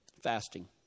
fasting